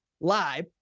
live